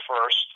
first